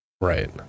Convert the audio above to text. right